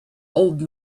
old